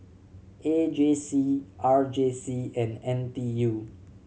A J C R J C and N T U